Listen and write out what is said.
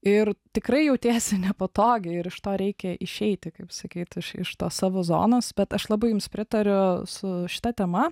ir tikrai jautiesi nepatogiai ir iš to reikia išeiti kaip sakyt iš iš to savo zonos bet aš labai jums pritariu su šita tema